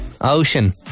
ocean